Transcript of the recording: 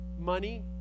money